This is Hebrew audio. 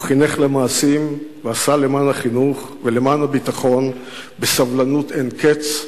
הוא חינך למעשים ועשה למען החינוך ולמען הביטחון בסבלנות אין קץ,